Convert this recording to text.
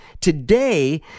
today